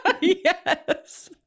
Yes